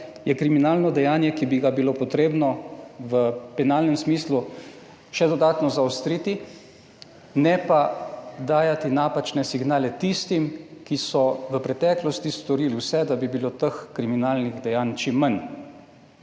je kriminalno dejanje, ki bi ga bilo potrebno v penalnem smislu še dodatno zaostriti, ne pa dajati napačne signale tistim, ki so v preteklosti storili vse, da bi bilo teh kriminalnih dejanj čim manj.